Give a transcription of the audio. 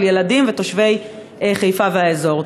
של ילדים ותושבי חיפה והאזור.